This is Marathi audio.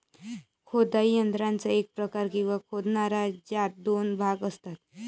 खोदाई यंत्राचा एक प्रकार, किंवा खोदणारा, ज्यात दोन भाग असतात